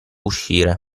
uscire